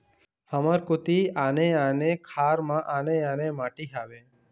हमर कोती आने आने खार म आने आने माटी हावे?